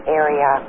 area